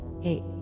hey